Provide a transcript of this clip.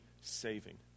saving